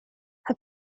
her